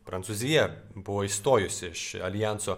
prancūzija buvo išstojusi iš aljanso